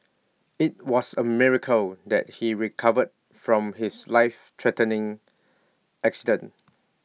IT was A miracle that he recovered from his life threatening accident